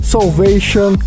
Salvation